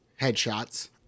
headshots